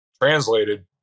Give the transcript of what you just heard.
Translated